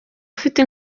afite